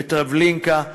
בטרבלינקה,